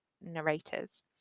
narrators